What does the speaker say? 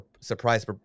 surprise